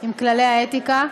עם כללי האתיקה.